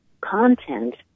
content